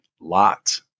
lot